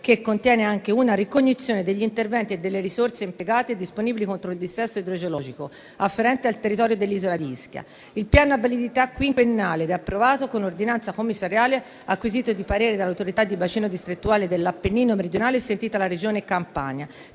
che contiene anche una ricognizione degli interventi e delle risorse impiegate disponibili contro il dissesto idrogeologico afferente al territorio dell'isola di Ischia. Il piano ha validità quinquennale ed è approvato con ordinanza commissariale, acquisito di parere dell'Autorità di bacino distrettuale dell'Appennino meridionale e sentita la Regione Campania.